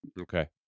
Okay